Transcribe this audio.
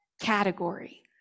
category